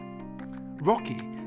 Rocky